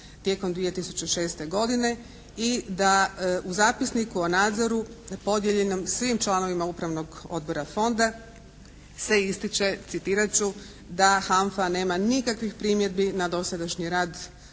tijekom 2006. godine i da u zapisniku o nadzoru podijeljenom svim članovima Upravnog odbora Fonda se ističe, citirat ću, da: "HANFA nema nikakvih primjedbi na dosadašnji rad